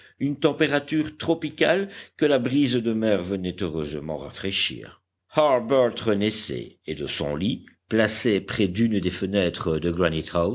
une température tropicale que la brise de mer venait heureusement rafraîchir harbert renaissait et de son lit placé près d'une des fenêtres de